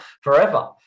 forever